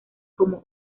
como